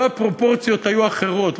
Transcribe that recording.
לו הפרופורציות היו אחרות,